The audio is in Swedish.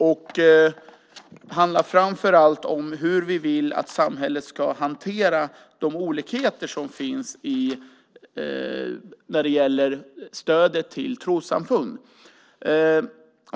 Den handlar framför allt om hur vi vill att samhället ska hantera de olikheter som finns i stödet till trossamfund.